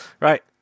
Right